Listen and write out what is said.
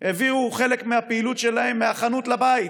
הביאו חלק מהפעילות שלהם מהחנות לבית,